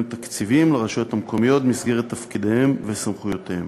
תקציבים לרשויות המקומיות במסגרת תפקידיהם וסמכויותיהם.